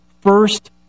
first